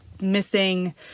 missing